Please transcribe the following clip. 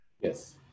Yes